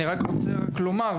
אני רק רוצה לומר,